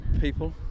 people